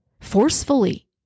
Forcefully